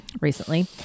recently